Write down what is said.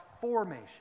formation